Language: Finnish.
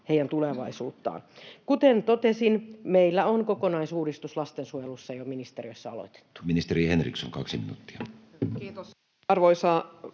heidän tulevaisuuttaan. Kuten totesin, meillä on kokonaisuudistus lastensuojelussa ja ministeriössä aloitettu. [Speech 55] Speaker: Matti Vanhanen Party: N/A